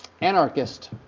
anarchist